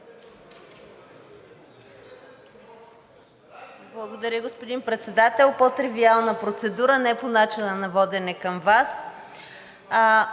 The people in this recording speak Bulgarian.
Благодаря, господин Председател. По тривиална процедура, не по начина на водене към Вас.